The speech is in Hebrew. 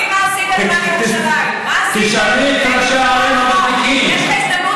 ראינו במה הוא עבד.